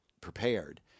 prepared